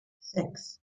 six